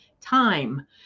time